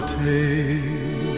take